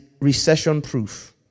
recession-proof